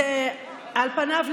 זה על פניו,